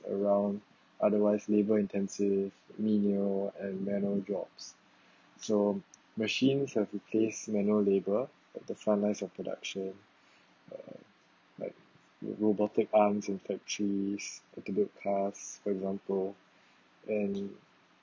around otherwise labor intensive menial and manual jobs so machines have replaced manual labor at the frontlines of production uh like robotic arms in factories robotic cars for example and